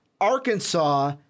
arkansas